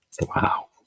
Wow